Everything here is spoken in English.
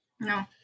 no